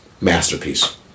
Masterpiece